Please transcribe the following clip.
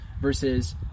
versus